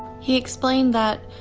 he explained that,